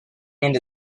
and